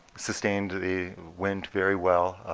sustained the wind very well.